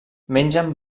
mengen